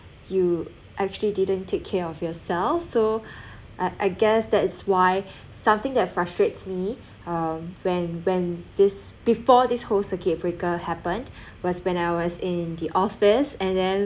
you actually didn't take care of yourself so I guess that is why something that frustrates me um when when this before this whole circuit breaker happened was when I was in the office and then